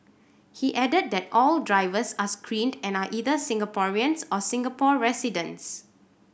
he added that all drivers are screened and are either Singaporeans or Singapore residents